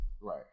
Right